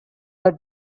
are